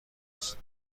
است